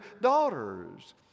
daughters